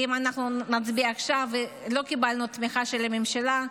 כי אם אנחנו נצביע עכשיו לא קיבלנו תמיכה של הממשלה,